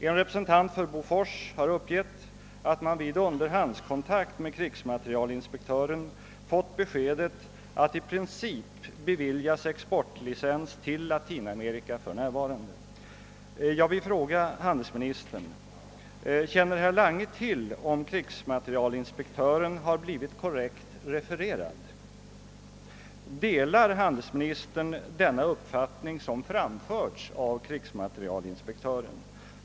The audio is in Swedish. En representant för Bofors har uppgivit att man vid underhandskontakt med krigsmaterielinspektören fått beskedet att i princip beviljas exportlicens till Latinamerika för närvarande. Jag vill fråga handelsministern: Känner handelsministern till om krigsmaterielinspektören har blivit korrekt refererad? Delar handelsministern denna uppfattning som framförts av krigsmaterielinspektören?